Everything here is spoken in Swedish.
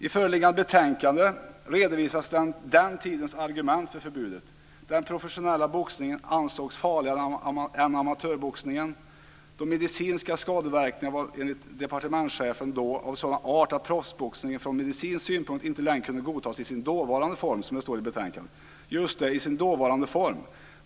I föreliggande betänkande redovisas den tidens argument för förbudet: Den professionella boxningen ansågs farligare än amatörboxningen. De medicinska skadeverkningarna var enligt den dåvarande departementschefen av sådan art att proffsboxningen från medicinsk synpunkt inte längre kunde godtas i sin dåvarande form.